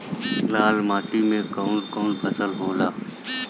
लाल माटी मे कवन कवन फसल होला?